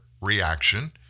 reaction